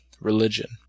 religion